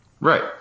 Right